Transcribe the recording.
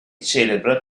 celebre